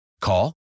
Call